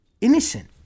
innocent